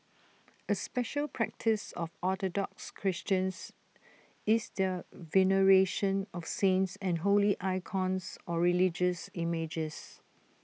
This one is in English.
A special practice of Orthodox Christians is their veneration of saints and holy icons or religious images